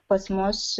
pas mus